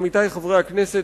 עמיתי חברי הכנסת,